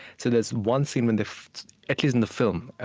so there's one scene when they at least in the film,